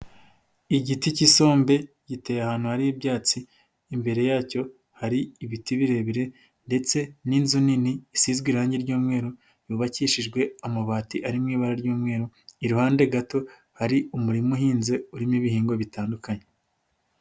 Igiti cy'isombe giteye ahantu hari ibyatsi, imbere yacyo hari ibiti birebire ndetse n'inzu nini isizwe irangi ry'umweru yubakishijwe amabati ari mu ibara ry'umweru, iruhande gato hari umurima uhinze urimo ibihingwa bitandukanye.